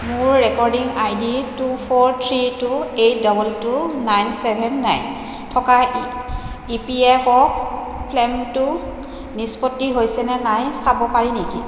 মোৰ recording I D two four three two eight double two nine seven nine থকা E E P F O ক্লেইমটো নিষ্পত্তি হৈছে নে নাই চাব পাৰি নেকি